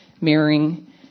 mirroring